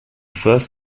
first